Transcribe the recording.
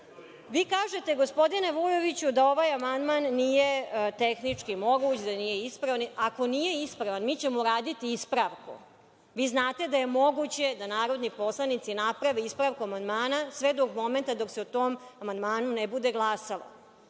kažete, gospodine Vujoviću, da ovaj amandman nije tehnički moguć, da nije ispravan. Ako nije ispravan, mi ćemo uraditi ispravku, vi znate da je moguće da narodni poslanici naprave ispravku amandmana sve do momenta dok se o tom amandmanu ne bude glasalo.